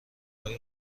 های